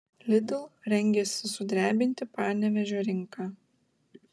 lidl rengiasi sudrebinti panevėžio rinką